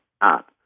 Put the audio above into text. up